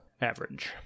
average